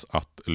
att